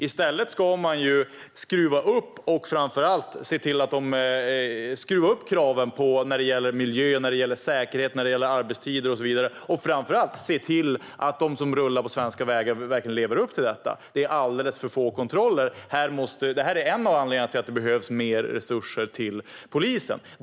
I stället ska man skruva upp kraven när det gäller miljö, säkerhet, arbetstider och så vidare och framför allt se till att de som rullar runt på svenska vägar verkligen lever upp till detta. Det är alldeles för få kontroller. Detta är en av anledningarna till att det behövs mer resurser till polisen.